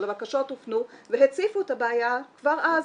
אבל הבקשות הופנו והציפו את הבעיה כבר אז.